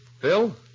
Phil